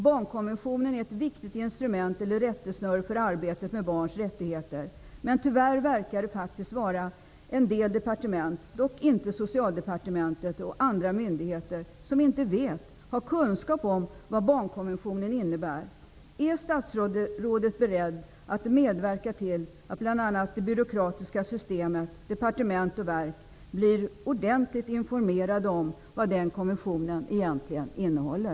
Barnkonventionen är ett viktigt rättesnöre för arbetet med barns rättigheter, men tyvärr verkar faktiskt en del departement -- dock inte Socialdepartementet -- och andra myndigheter inte veta om den eller ha kunskap om vad barnkonventionen innebär. Är statsrådet beredd att medverka till att bl.a. det byråkratiska systemet, departement och verk, får ordentlig information om vad den konventionen egentligen innehåller?